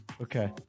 Okay